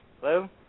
Hello